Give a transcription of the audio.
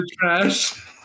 trash